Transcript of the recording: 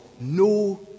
no